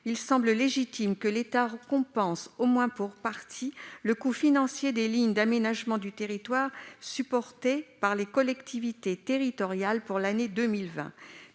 il semble légitime que l'État compense, au moins pour partie, le coût financier des lignes d'aménagement du territoire supporté par les collectivités territoriales pour l'année 2020,